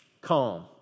calm